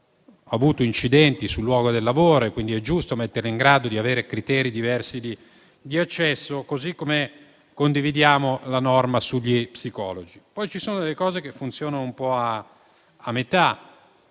avuto incidenti sul posto di lavoro e quindi è giusto metterle in grado di avere criteri diversi di accesso, così come condividiamo la norma sugli psicologi. Altre norme funzionano solo a metà,